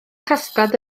casgliad